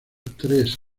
tres